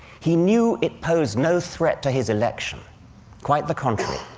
he knew it posed no threat to his election quite the contrary.